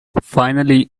finally